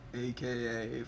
aka